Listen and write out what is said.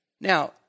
Now